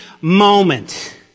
moment